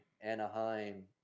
Anaheim